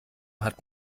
hat